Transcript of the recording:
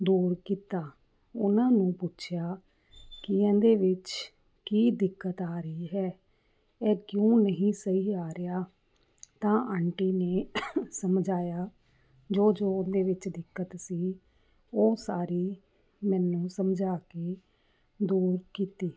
ਦੂਰ ਕੀਤਾ ਉਹਨਾਂ ਨੂੰ ਪੁੱਛਿਆ ਕਿ ਇਹਦੇ ਵਿੱਚ ਕੀ ਦਿੱਕਤ ਆ ਰਹੀ ਹੈ ਇਹ ਕਿਉਂ ਨਹੀਂ ਸਹੀ ਆ ਰਿਹਾ ਤਾਂ ਆਂਟੀ ਨੇ ਸਮਝਾਇਆ ਜੋ ਜੋ ਉਹਦੇ ਵਿੱਚ ਦਿੱਕਤ ਸੀ ਉਹ ਸਾਰੀ ਮੈਨੂੰ ਸਮਝਾ ਕੇ ਦੂਰ ਕੀਤੀ